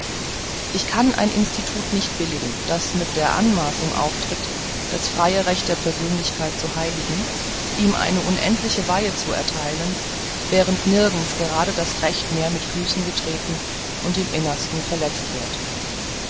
ich kann ein institut nicht billigen das mit der anmaßung auftritt das freie recht der persönlichkeit zu heiligen ihm eine unendliche weihe zu ertheilen während nirgends grade das recht mehr mit füßen getreten und im innersten verletzt wird